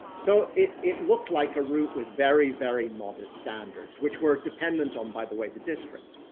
so, it it looked like a route with very, very modest standards, which were dependent on by the way, the district.